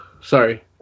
sorry